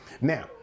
Now